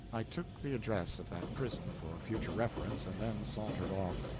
i took the address of that prison for future reference and then sauntered off.